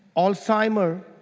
alzheimer,